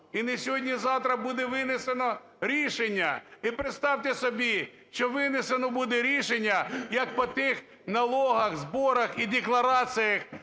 і не сьогодні-завтра буде винесено рішення. І представте собі, що винесено буде рішення як по тих налогах, зборах і деклараціях